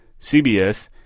CBS